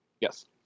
Yes